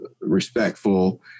respectful